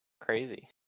Crazy